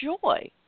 joy